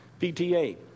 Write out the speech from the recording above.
PTA